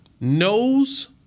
knows